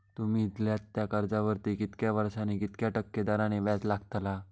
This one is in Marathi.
तुमि दिल्यात त्या कर्जावरती कितक्या वर्सानी कितक्या टक्के दराने व्याज लागतला?